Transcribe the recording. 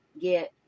get